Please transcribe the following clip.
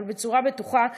אבל בצורה בטוחה,